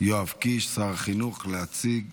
יואב קיש, שר החינוך, להציג